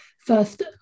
first